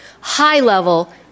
high-level